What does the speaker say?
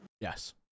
yes